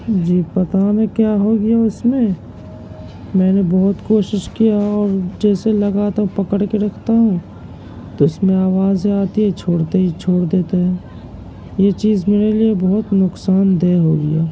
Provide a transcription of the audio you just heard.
جی پتہ نہیں کیا ہو گیا اس میں میں نے بہت کوشش کیا اور جیسے لگاتا پکڑ کے رکھتا ہوں تو اس میں آوازیں آتی ہے چھوڑتے ہی چھوڑ دیتے ہیں یہ چیز میرے لیے بہت نقصان دہ ہو گیا